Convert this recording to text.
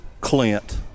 clint